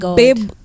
babe